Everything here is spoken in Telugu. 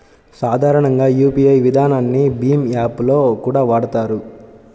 సాధారణంగా యూపీఐ విధానాన్ని భీమ్ యాప్ లో కూడా వాడతారు